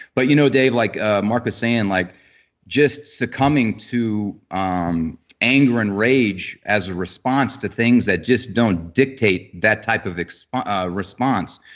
but you know dave like ah mark is saying, like just succumbing to um anger and rage as a response to things that just don't dictate that type of ah response.